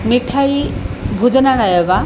मिट्टयि भोजनालयः वा